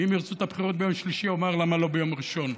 ואם ירצו את הבחירות ביום שלישי אומר: למה לא ביום ראשון?